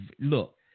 Look